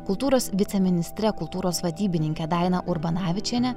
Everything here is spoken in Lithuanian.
kultūros viceministre kultūros vadybininke daina urbanavičiene